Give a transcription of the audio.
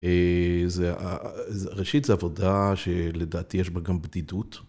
ראשית זה עבודה שלדעתי יש בה גם בדידות.